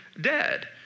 dead